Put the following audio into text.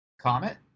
Comet